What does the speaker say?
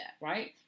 right